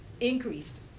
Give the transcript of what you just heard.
increased